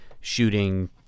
shooting